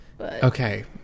Okay